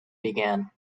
began